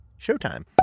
showtime